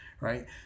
Right